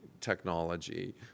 technology